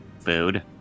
food